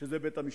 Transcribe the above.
בידי בית-המשפט.